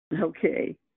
Okay